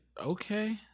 okay